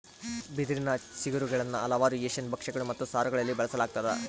ಬಿದಿರಿನ ಚಿಗುರುಗುಳ್ನ ಹಲವಾರು ಏಷ್ಯನ್ ಭಕ್ಷ್ಯಗಳು ಮತ್ತು ಸಾರುಗಳಲ್ಲಿ ಬಳಸಲಾಗ್ತದ